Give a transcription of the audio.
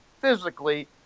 physically